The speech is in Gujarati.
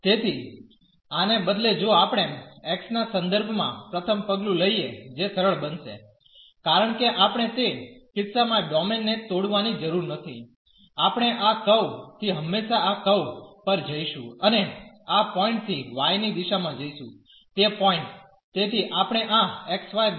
તેથી આને બદલે જો આપણે x ના સંદર્ભમાં પ્રથમ પગલું લઈએ જે સરળ બનશે કારણ કે આપણે તે કિસ્સામાં ડોમેન ને તોડવાની જરૂર નથી આપણે આ કર્વ થી હંમેશા આ કર્વ પર જઇશું અને આ પોઇન્ટ થી y ની દિશામાં જઈશું તે પોઇન્ટ